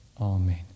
Amen